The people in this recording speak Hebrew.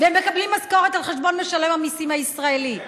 והם מקבלים משכורת על חשבון משלם המיסים הישראלי?